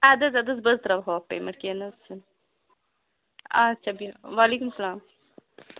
اَدٕ حظ اَدٕ حظ بہٕ حظ ترٛاوہو پیم۪نٛٹ کیٚنٛہہ نہَ حظ چھُنہٕ آچھا بِہِو وعلیکُم سلام